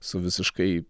su visiškai